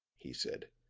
he said.